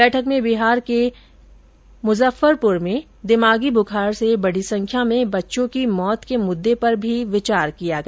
बैठक में बिहार के मुजफ्फरपुर में दिमागी बुखार से बड़ी संख्या में बच्चों की मौत के मुद्दे पर भी विचार किया गया